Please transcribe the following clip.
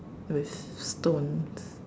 with stones